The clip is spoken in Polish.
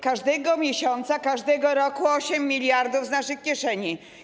Każdego miesiąca każdego roku 8 mld z naszych kieszeni.